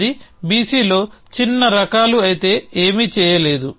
అది BC లో చిన్న రకాలు అయితే ఏమిలేదు